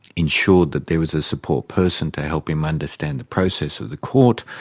ensured that there was a support person to help him understand the process of the court,